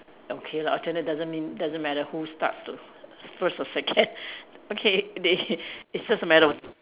okay lah alternate doesn't mean doesn't matter who starts first or second okay they it's just a matter